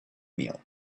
meal